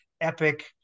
epic